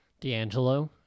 D'Angelo